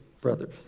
brothers